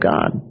God